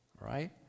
right